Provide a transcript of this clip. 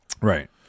Right